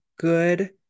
good